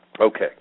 Okay